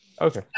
Okay